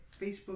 facebook